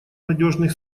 надежных